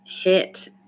hit